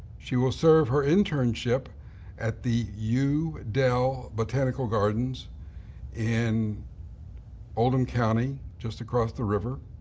she will serve her internship at the yew dell botanical gardens in oldham county, just across the river.